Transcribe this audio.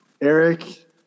Eric